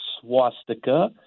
swastika